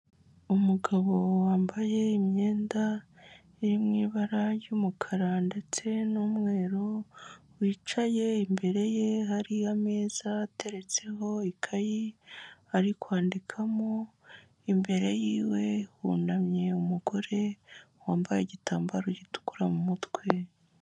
Umugabo wambaye imyenda iri mu ibara ry'umukara ndetse n'umweru, wicaye imbere ye hari ameza ateretseho ikayi, ari kwandikamo, imbere yiwe hunamye umugore wambaye igitambaro gitukura mu mutwe.